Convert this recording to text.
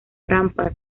rampas